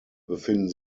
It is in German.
befinden